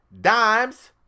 dimes